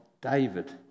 David